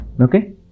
Okay